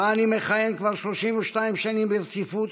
שבה אני מכהן כבר 32 שנים ברציפות.